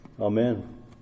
Amen